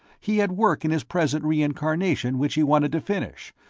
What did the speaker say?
he had work in his present reincarnation which he wanted to finish,